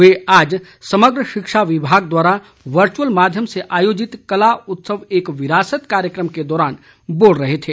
वे आज समग्र शिक्षा विभाग द्वारा वर्चुअल माध्यम से आयोजित कला उत्सव एक विरासत कार्यक्रम के दौरान बोल रहे थे